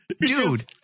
Dude